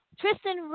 Tristan